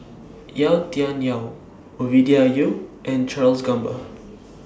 Yau Tian Yau Ovidia Yu and Charles Gamba